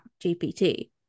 GPT